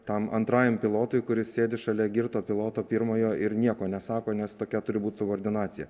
tam antrajam pilotui kuris sėdi šalia girto piloto pirmojo ir nieko nesako nes tokia turi būt subordinacija